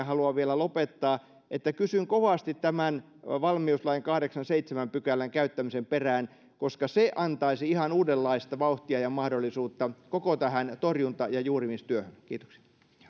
haluan vielä lopettaa kysyn kovasti tämän valmiuslain kahdeksannenkymmenennenseitsemännen pykälän käyttämisen perään koska se antaisi ihan uudenlaista vauhtia ja mahdollisuutta koko tähän torjunta ja juurimistyöhön kiitoksia